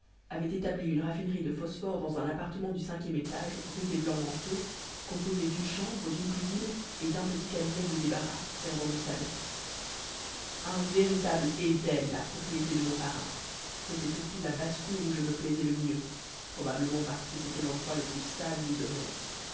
avaient établi une raffinerie de phosphore dans un appartement du cinquième étage rue des blancs-manteaux composé dune chambre dune cuisine et dun petit cabinet de débarras servant de salon un véritable éden la propriété de mon parrain mais cest surtout la basse-cour où je me plaisais le mieux probablement parce que cétait lendroit le plus sale du domaine